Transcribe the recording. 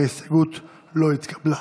ההסתייגות לא התקבלה.